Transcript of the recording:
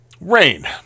Rain